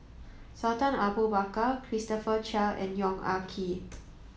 Sultan Abu Bakar Christopher Chia and Yong Ah Kee